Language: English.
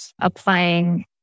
applying